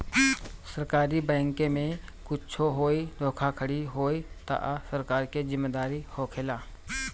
सरकारी बैंके में कुच्छो होई धोखाधड़ी होई तअ सरकार के जिम्मेदारी होखेला